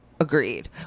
Agreed